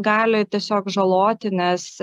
gali tiesiog žaloti nes